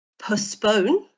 postpone